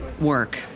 work